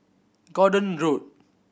Gordon Road